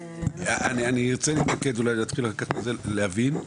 - אני רוצה להתמקד, להבין.